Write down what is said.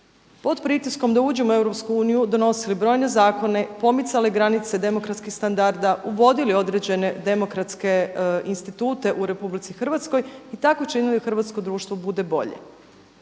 pod pritiskom da uđemo u EU donosili brojne zakone, pomicali granice demokratskih standarda, uvodili određene demokratske institute u RH i tako činili da hrvatsko društvo bude bolje.